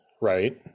right